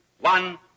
One